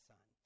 Son